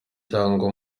cyangwa